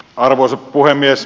arvoisa puhemies